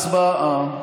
הצבעה.